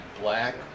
black